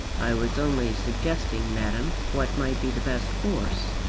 i was only suggesting, madame, what might be the best course.